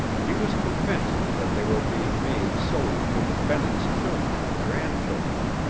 he was convinced that they were being made solely for the bennetts' children and grandchildren,